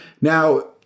Now